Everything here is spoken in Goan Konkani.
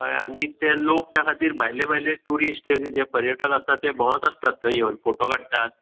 कळें आनी ते लोक त्या खातीर भायले भायले ट्युरिस्ट जे पर्यटक आसतात ते भोंवात आसतात थंय येवन फोटो काडटात